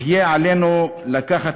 יהיה עלינו לקחת